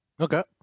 Okay